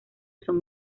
son